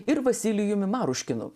ir vasilijumi maruškinu